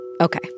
okay